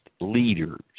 leaders